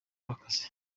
w’akazi